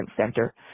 center